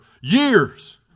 years